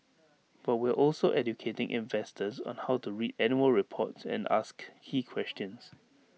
but we're also educating investors on how to read annual reports and ask key questions